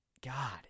god